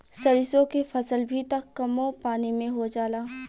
सरिसो के फसल भी त कमो पानी में हो जाला